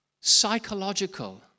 psychological